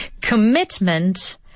Commitment